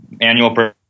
Annual